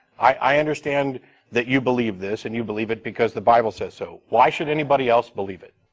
i understand that you believe this and you believe it because the bible says so. why should anybody else believe it?